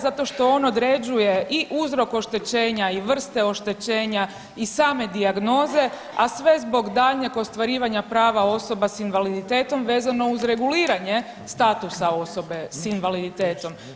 Zato što on određuje i uzrok oštećenja i vrste oštećenja i same dijagnoze, a sve zbog daljnjeg ostvarivanja prava osoba s invaliditetom vezano uz reguliranje statusa osobe s invaliditetom.